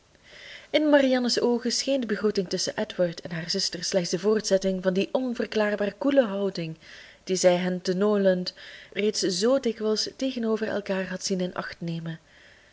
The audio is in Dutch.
in marianne's oogen scheen de begroeting tusschen edward en haar zuster slechts de voortzetting van die onverklaarbaar koele houding die zij hen te norland reeds zoo dikwijls tegenover elkaar had zien in acht nemen